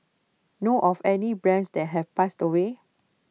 know of any other brands that have passed away